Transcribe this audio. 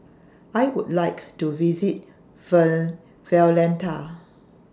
I Would like to visit Valletta